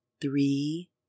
three